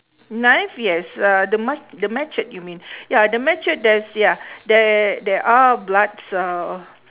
knife yes uh the ma~ machete you mean yeah the machete there's ya there are bloods uhh